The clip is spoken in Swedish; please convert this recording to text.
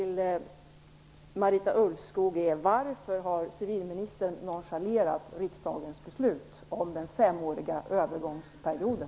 Marita Ulvskog är: Varför har civilministern nonchalerat riksdagens beslut om den femåriga övergångsperioden?